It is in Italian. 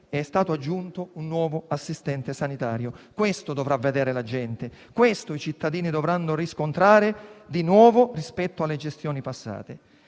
è stato aggiunto un nuovo assistente sanitario. Questo dovrà vedere la gente e questo è il nuovo che dovranno riscontrare i cittadini rispetto alle gestioni passate.